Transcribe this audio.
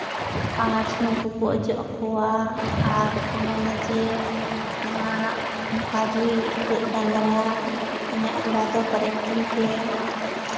ᱟᱨ ᱥᱩᱱᱩᱢ ᱠᱚᱠᱚ ᱚᱡᱚᱜ ᱟᱠᱚᱣᱟ ᱟᱨ ᱠᱚ ᱢᱮᱱᱟ ᱡᱮ ᱢᱟ ᱚᱱᱠᱟ ᱜᱮ ᱰᱟᱝᱨᱟ ᱤᱧᱟᱹᱜ ᱜᱚᱲᱟ ᱫᱚ ᱯᱮᱨᱮᱡᱽ ᱛᱤᱧ ᱯᱮ